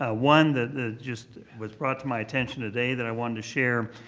ah one that just was brought to my attention today that i wanted to share.